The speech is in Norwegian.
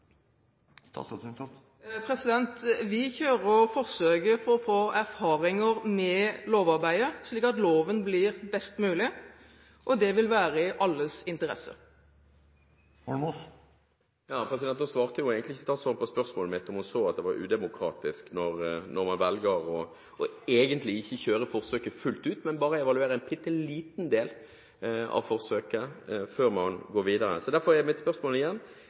Vi kjører forsøket for å få erfaringer til lovarbeidet, slik at loven blir best mulig. Det vil være i alles interesse. Da svarte jo egentlig ikke statsråden på spørsmålet mitt om hvorvidt hun ser at det er udemokratisk når man egentlig velger ikke å kjøre forsøket fullt ut, men bare evaluerer en bitte liten del av forsøket før man går videre. Derfor er mitt spørsmål igjen: